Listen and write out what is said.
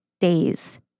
days